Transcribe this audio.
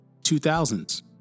2000s